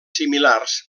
similars